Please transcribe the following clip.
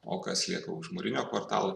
o kas lieka už mūrinio kvartalo